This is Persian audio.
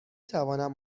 توانم